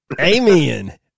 amen